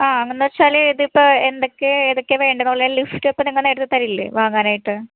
ആ ആണെന്നെച്ചാൽ ഇതിപ്പം എന്തൊക്കെ ഏതൊക്കെ വേണ്ടതെന്നുള്ള ലിസ്റ്റപ്പം നിങ്ങൾ നേരത്തെ തരില്ലേ വാങ്ങാനായിട്ട്